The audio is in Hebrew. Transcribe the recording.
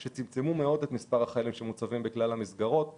הם צמצמו מאוד את מספר החיילים שמוצבים במסגרות הנזכרות.